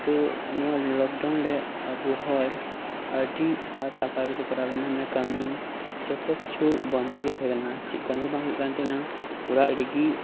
ᱛᱳ ᱱᱚᱣᱟ ᱞᱚᱠᱰᱟᱣᱱ ᱨᱮ ᱟᱵᱩ ᱦᱚᱲ ᱟᱹᱰᱤ ᱟᱸᱴ ᱟᱠᱟᱞ ᱨᱮᱠᱚ ᱯᱟᱲᱟᱣ ᱞᱮᱱᱟ ᱢᱟᱱᱮ ᱠᱟᱹᱢᱤ ᱡᱚᱛᱚ ᱠᱤᱪᱷᱩ ᱵᱚᱱᱫᱚ ᱜᱮ ᱛᱟᱦᱮᱸ ᱠᱟᱱᱟ ᱪᱮᱫ ᱠᱟᱹᱢᱤ ᱜᱮ ᱵᱟᱝ ᱦᱩᱭᱩᱜ ᱠᱟᱱ ᱛᱟᱦᱮᱱᱟ ᱚᱲᱟᱜ ᱨᱮᱜᱮ